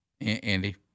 Andy